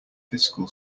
fiscal